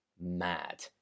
mad